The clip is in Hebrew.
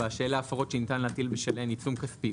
שאלה ההפרות שניתן בשלהן עיצום כספי,